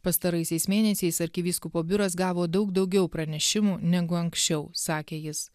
pastaraisiais mėnesiais arkivyskupo biuras gavo daug daugiau pranešimų negu anksčiau sakė jis